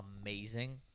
amazing